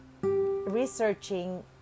researching